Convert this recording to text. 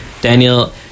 Daniel